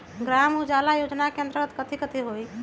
ग्राम उजाला योजना के अंतर्गत कथी कथी होई?